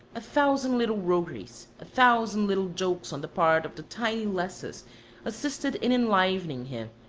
a thousand little rogueries, a thousand little jokes on the part of the tiny lasses assisted in enlivening him,